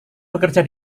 bekerja